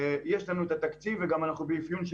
יש לנו את התקציב ואנחנו באפיון של